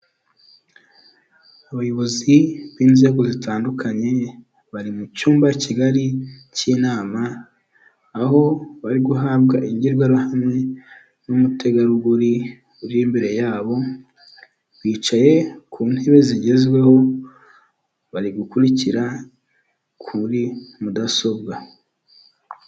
Abayobozi b'inzego zitandukanye bari mu cyumba kigari cy'inama, aho bari guhabwa imbwirwaruhamwe n'umutegarugori uri imbere yabo, bicaye ku ntebe zigezweho, bari gukurikira kuri mudasobwa.